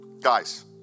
Guys